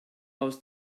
aus